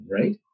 right